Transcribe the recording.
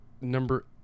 number